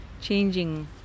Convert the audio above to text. changing